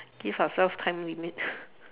give ourselves time limit